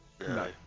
No